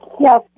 Yes